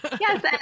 Yes